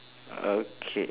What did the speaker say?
okay